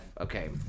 okay